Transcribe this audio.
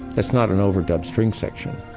that's not an overdubbed string section.